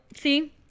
See